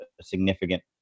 significant